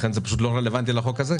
לכן זה פשוט לא רלוונטי לחוק הזה.